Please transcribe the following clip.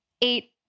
eight